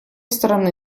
стороны